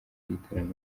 y’igitaramo